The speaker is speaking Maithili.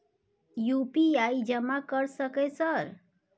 यु.पी.आई जमा कर सके सर?